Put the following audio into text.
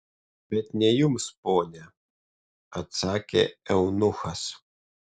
bet ne jums ponia atsakė eunuchas